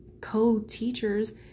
co-teachers